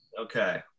Okay